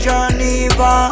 Geneva